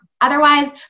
Otherwise